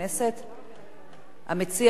המציע, חבר הכנסת עפו אגבאריה,